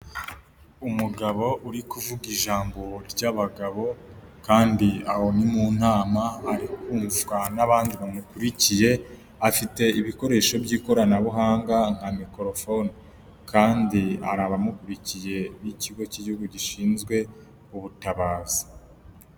Umugabo uri kuvuga ijambo ry'abagabo kandi aho ni mu nama, ari kumvwa n'abandi bamukurikiye, afite ibikoresho by'ikoranabuhanga, nka mikorofone kandi hari abamukurikiye b'ikigo cy'igihugu gishinzwe ubutabazi.